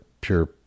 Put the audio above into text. pure